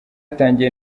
atangiye